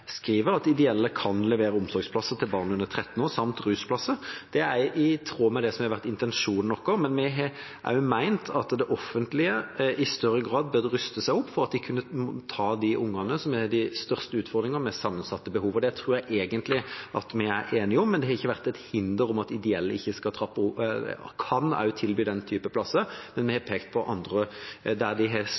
tråd med det som har vært intensjonen vår. Vi har også ment at det offentlige i større grad bør ruste seg opp for å kunne ta de ungene som har de største utfordringene og sammensatte behov. Det tror jeg egentlig vi er enige om. Det har ikke vært et hinder for at ideelle også skal kunne tilby den type plasser, men vi har pekt på andre der de har